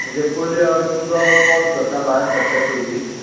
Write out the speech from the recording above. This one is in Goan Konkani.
ताजे पयलीं हांव तुमकां कॉल करतां भायर सरच्या पयलीं आं